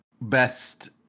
best